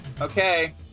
Okay